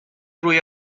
روی